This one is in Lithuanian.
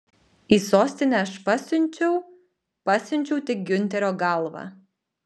į sostinę aš pasiunčiau pasiunčiau tik giunterio galvą